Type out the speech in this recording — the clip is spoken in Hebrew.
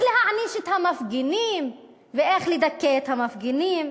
להעניש את המפגינים ואיך לדכא את המפגינים,